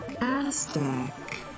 Aztec